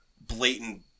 blatant